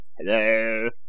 Hello